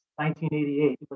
1988